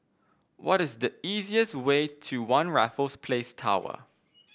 what is the easiest way to One Raffles Place Tower